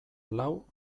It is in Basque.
lau